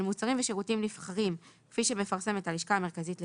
מוצרים ושירותים נבחרים שמפרסמת הלשכה המרכזית לסטטיסטיקה,